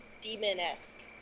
demon-esque